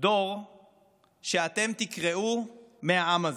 דור שאתם תקרעו מהעם הזה.